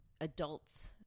adults